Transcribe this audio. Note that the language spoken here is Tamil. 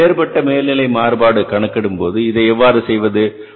இப்போது வேறுபட்ட மேல்நிலை மாறுபாடு என்பதை கணக்கிடும்போது இதை எவ்வாறு செய்வது